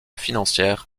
financière